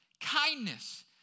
kindness